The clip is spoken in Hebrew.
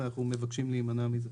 אנחנו מבקשים להימנע מזה.